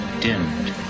Dimmed